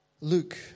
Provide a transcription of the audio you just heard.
Luke